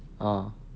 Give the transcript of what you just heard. uh